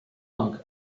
monk